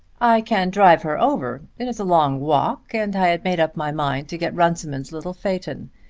i can drive her over. it is a long walk, and i had made up my mind to get runciman's little phaeton.